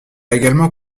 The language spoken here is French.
également